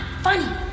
funny